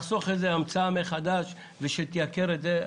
לחסוך צורך בהמצאה מחדש שתייקר את זה,